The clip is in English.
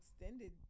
extended